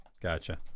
gotcha